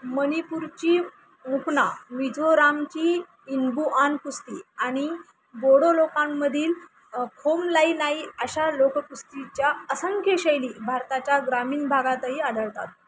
मणिपूरची उपना मिजोरामची इंबूआन कुस्ती आणि बोडो लोकांमधील खोमलाईनाई अशा लोककुस्तीच्या असंख्य शैली भारताच्या ग्रामीण भागातही आढळतात